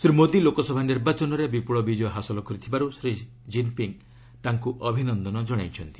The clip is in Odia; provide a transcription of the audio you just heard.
ଶ୍ରୀ ମୋଦି ଲୋକସଭା ନିର୍ବାଚନରେ ବିପୁଳ ବିଜୟ ହାସଲ କରିଥିବାରୁ ଶ୍ରୀ କିନ୍ ପିଙ୍ଗ୍ ତାଙ୍କୁ ଅଭିନନ୍ଦନ ଜଣାଇଛନ୍ତି